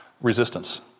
resistance